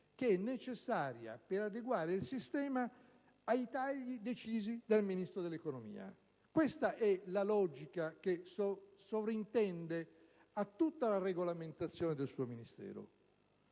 necessaria per adeguare il sistema scolastico ai tagli decisi dal Ministro dell'economia. Questa è la logica che sovrintende a tutta la regolamentazione del suo Ministero.